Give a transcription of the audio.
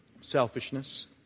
selfishness